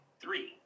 Three